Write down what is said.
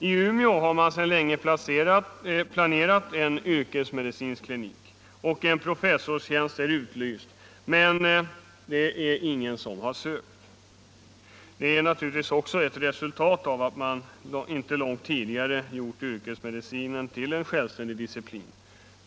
I Umeå har man sedan länge planerat en yrkesmedicinsk klinik och även utlyst en professorstjänst, men ingen har sökt den tjänsten. Detta är naturligtvis också ett resultat av att man inte långt tidigare har gjort yrkesmedicinen till en självständig disciplin.